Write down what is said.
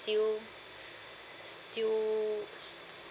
still still